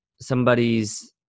somebody's